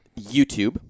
YouTube